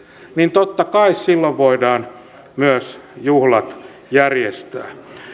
totta kai silloin voidaan myös kaikki juhlat järjestää